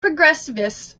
progressist